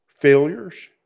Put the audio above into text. failures